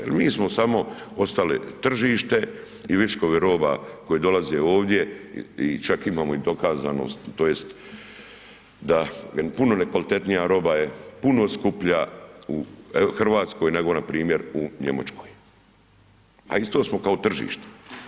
Jer mi smo samo ostali tržište i viškovi roba koji dolaze ovdje i čak imamo i dokazanost tj. da puno ne kvalitetnija roba je puno skuplja u Hrvatskoj nego npr. u Njemačkoj, a isto smo kao tržište.